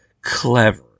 clever